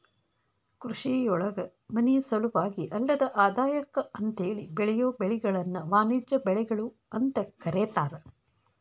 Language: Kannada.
ಕೃಷಿಯೊಳಗ ಮನಿಸಲುವಾಗಿ ಅಲ್ಲದ ಆದಾಯಕ್ಕ ಅಂತೇಳಿ ಬೆಳಿಯೋ ಬೆಳಿಗಳನ್ನ ವಾಣಿಜ್ಯ ಬೆಳಿಗಳು ಅಂತ ಕರೇತಾರ